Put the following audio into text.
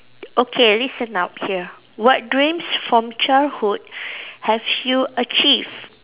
okay listen up here what dreams from childhood have you achieved